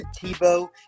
Tebow